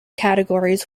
categories